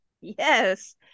Yes